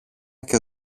και